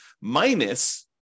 minus